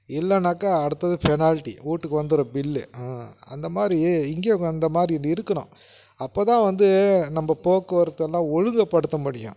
இல்லைனாக்கா அடுத்தது ஃபெனால்ட்டி வீட்டுக்கு வந்துடும் பில்லு அந்தமாதிரி இங்கேயும் அந்தமாதிரி இருக்கணும் அப்போதான் வந்து நம்ம போக்குவரத்தெல்லாம் ஒழுங்குப்படுத்த முடியும்